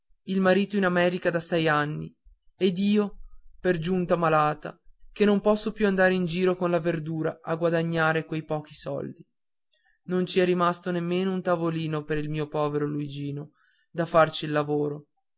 il marito in america da sei anni ed io per giunta malata che non posso più andare in giro con la verdura a guadagnare quei pochi soldi non ci è rimasto nemmeno un tavolino per il mio povero luigino da farci il lavoro